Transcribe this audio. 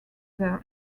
their